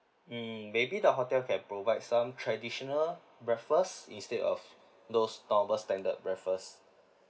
mm maybe the hotel can provide some traditional breakfast instead of those normal standard breakfast